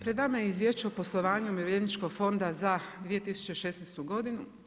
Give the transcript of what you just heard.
Pred vama je Izvješće o poslovanju Umirovljeničkog fonda za 2016. godinu.